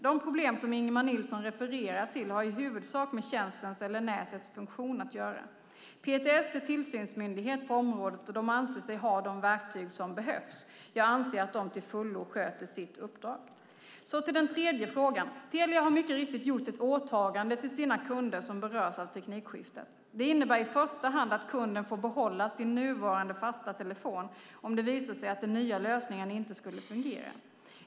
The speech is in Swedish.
De problem som Ingemar Nilsson refererar till har i huvudsak med tjänstens eller nätets funktion att göra. PTS är tillsynsmyndighet på området och de anser sig ha de verktyg som behövs. Jag anser att de till fullo sköter sitt uppdrag. Så till den tredje frågan. Telia har mycket riktigt ett åtagande gentemot sina kunder som berörs av teknikskiftet. Det innebär i första hand att kunden får behålla sin nuvarande fasta telefon om det visar sig att den nya lösningen inte skulle fungera.